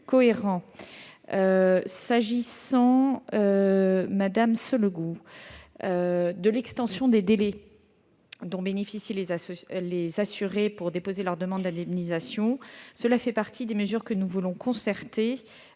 cohérent. Madame Sollogoub, l'extension des délais dont bénéficient les assurés pour déposer leur demande d'indemnisation fait partie des mesures que nous voulons soumettre